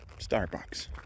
Starbucks